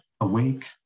awake